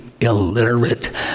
illiterate